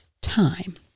time